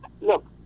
Look